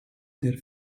der